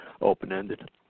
open-ended